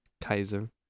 Kaiser